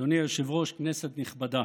אדוני היושב-ראש, כנסת נכבדה,